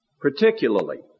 Particularly